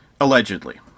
allegedly